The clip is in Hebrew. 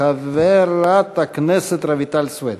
חברת הכנסת רויטל סויד.